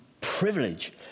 Privilege